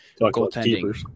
goaltending